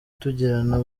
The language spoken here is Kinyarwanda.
tugirana